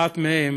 אחת מהן